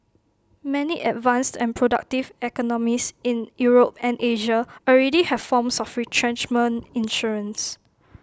many advanced and productive economies in Europe and Asia already have forms of retrenchment insurance